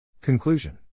Conclusion